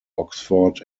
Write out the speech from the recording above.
oxford